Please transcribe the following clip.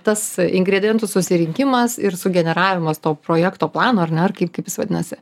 tas ingredientų susirinkimas ir sugeneravimas to projekto plano ar ne ar kaip kaip jis vadinasi